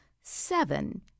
seven